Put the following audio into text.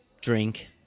drink